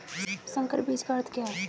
संकर बीज का अर्थ क्या है?